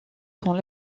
son